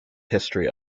history